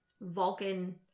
Vulcan